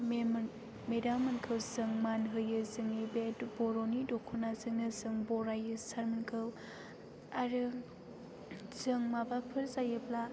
मेडाममोनखौ जों मान होयो जोंनि बे बर'नि दखनाजोंनो जों बरायो सारमोनखौ आरो जों माबाफोर जायोब्ला